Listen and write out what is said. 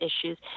issues